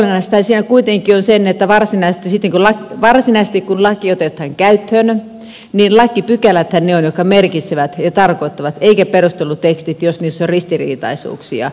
olennaisintahan siinä kuitenkin on se että varsinaisesti kun laki otetaan käyttöön lakipykäläthän ne ovat jotka merkitsevät ja tarkoittavat eivätkä perustelutekstit jos niissä on ristiriitaisuuksia